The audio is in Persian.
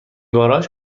گاراژ